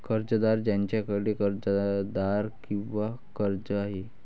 कर्जदार ज्याच्याकडे कर्जदार किंवा कर्ज आहे